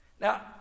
Now